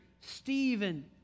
Stephen